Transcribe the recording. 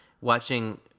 watching